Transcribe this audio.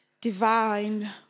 divine